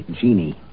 genie